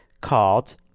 called